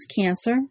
cancer